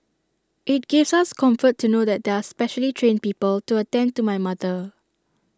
IT gives us comfort to know that there are specially trained people to attend to my mother